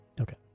Okay